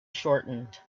shortened